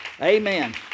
Amen